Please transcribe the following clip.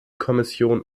kommission